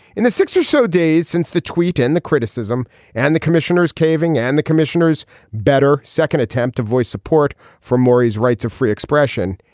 in the six or so days since the tweet and the criticism and the commissioner's caving in the commissioner's better second attempt to voice support for murray's rights of free expression.